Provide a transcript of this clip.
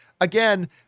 again